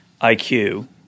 IQ